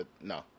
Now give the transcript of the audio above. no